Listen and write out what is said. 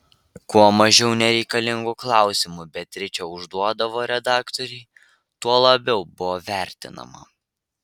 kuo mažiau nereikalingų klausimų beatričė užduodavo redaktorei tuo labiau buvo vertinama